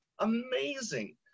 Amazing